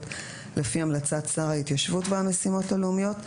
לפי המלצת שר ההתיישבות והמשימות הלאומיות.